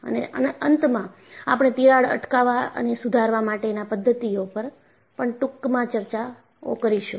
અને અંતમાં આપણે તિરાડ અટકાવ અને સુધારા માટેના પધ્ધતિઓ પર પણ ટૂંકમાં ચર્ચાઓ કરીશું